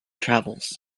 travels